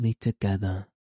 together